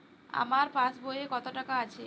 আমার পাসবই এ কত টাকা আছে?